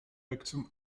victim